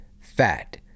fat